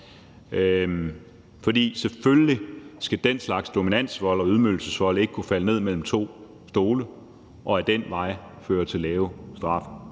for selvfølgelig skal den slags dominansvold og ydmygelsesvold ikke kunne falde ned mellem to stole og ad den vej føre til lave straffe.